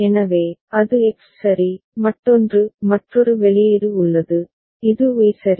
எனவே அது எக்ஸ் சரி மற்றொன்று மற்றொரு வெளியீடு உள்ளது இது ஒய் சரி